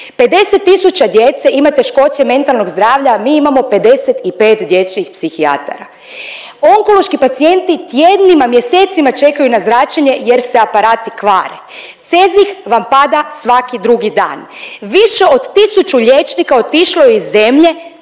tisuća djece ima teškoće mentalnog zdravlja. Mi imamo 55 dječjih psihijatara. Onkološki pacijenti tjednima, mjesecima čekaju na zračenje jer se aparati kvare, CEZIH vam pada svaki drugi dan, više od tisuću liječnika otišlo je iz zemlje.